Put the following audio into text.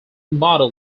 model